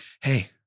hey